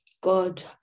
God